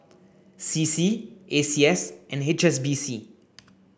C C A C S and H S B C